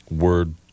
word